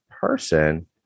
person